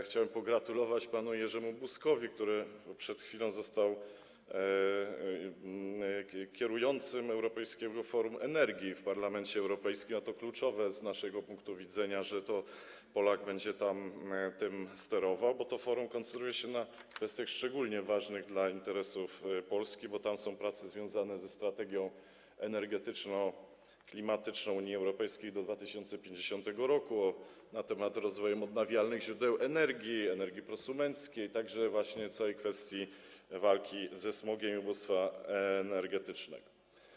Chciałem pogratulować panu Jerzemu Buzkowi, który przed chwilą został przewodniczącym Europejskiego Forum Energii w Parlamencie Europejskim, a to kluczowe z naszego punktu widzenia, że Polak będzie tym sterował, bo to forum koncentruje się na kwestiach szczególnie ważnych dla interesów Polski: trwają tam prace związane ze strategią energetyczną, klimatyczną Unii Europejskiej do 2050 r., z tematami rozwoju odnawialnych źródeł energii, energii prosumenckiej, a także walki ze smogiem i ubóstwa energetycznego.